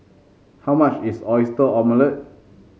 how much is Oyster Omelette